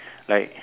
like